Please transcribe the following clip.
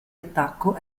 attacco